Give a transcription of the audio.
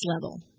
level